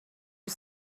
you